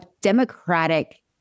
Democratic